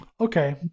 Okay